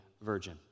virgin